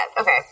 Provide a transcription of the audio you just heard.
okay